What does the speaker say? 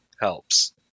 helps